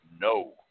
No